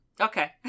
Okay